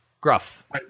Gruff